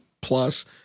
plus